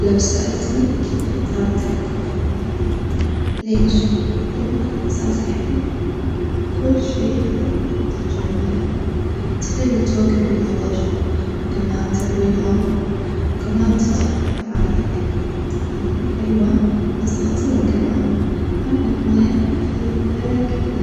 لو سألتني أكيد بختار التحكم في الموية، ليش؟ الموية أساس الحياة وكل شي حي يحتاج الموية، تخيل توجف العطش وكمان تروي الأرظ وكمان تطفي الحرايج، النار حلوة بس خطيرة كمان أما الموية ففيها خيير كثير.